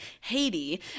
Haiti